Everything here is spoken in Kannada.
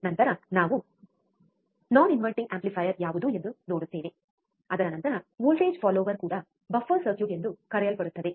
ನಂತರ ನಾವು ತಲೆಕೆಳಗಾಗದ ಆಂಪ್ಲಿಫಯರ್ ಯಾವುದು ಎಂದು ನೋಡುತ್ತೇವೆ ಅದರ ನಂತರ ವೋಲ್ಟೇಜ್ ಅನುಯಾಯಿ ಕೂಡ ಬಫರ್ ಸರ್ಕ್ಯೂಟ್ ಎಂದು ಕರೆಯಲ್ಪಡುತ್ತದೆ